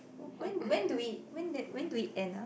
when when do we when that when do we end ah